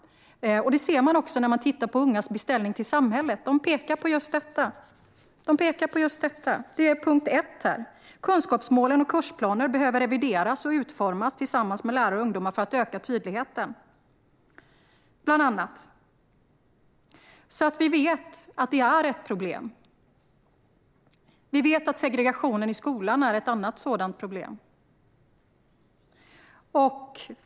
När man tittar på Ungas beställning till samhället ser man att de pekar på just detta; det är punkt 1. Kunskapsmålen och kursplanerna behöver revideras och utformas tillsammans med lärare och ungdomar, bland annat för att öka tydligheten. Vi vet alltså att detta är ett problem. Vi vet att segregationen i skolan är ett annat sådant problem.